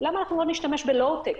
למה שלא נשתמש בלואו-טק.